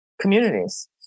communities